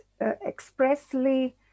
expressly